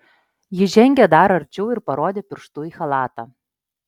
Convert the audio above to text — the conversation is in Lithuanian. ji žengė dar arčiau ir parodė pirštu į chalatą